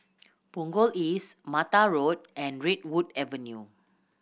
Punggol East Mata Road and Redwood Avenue